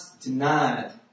denied